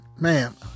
man